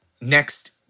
Next